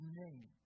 name